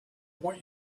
want